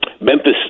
Memphis